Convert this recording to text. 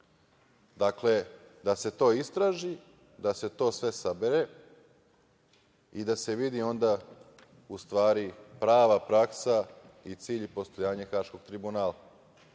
tako. Dakle, da se to istraži, da se to sve sabere i da se vidi onda u stvari prava praksa i cilj i postojanje Haškog tribunala.